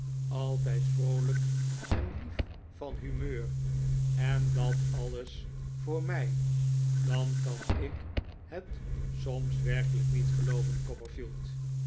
altijd vroolijk en lief van humeur en dat alles voor mij dan kan ik het soms werkelijk niet gelooven